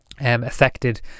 affected